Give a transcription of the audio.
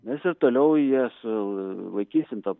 mes ir toliau juos laikysim tam